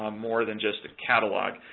um more than just a catalog.